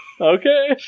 Okay